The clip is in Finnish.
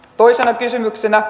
toisena kysymyksenä